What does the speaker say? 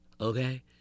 okay